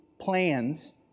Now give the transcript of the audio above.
plans